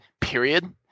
period